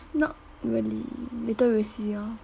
not really later we'll see orh